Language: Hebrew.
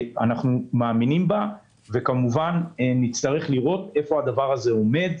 אנחנו מאמינים בה וכמובן נצטרך לראות איפה הדבר הזה עומד.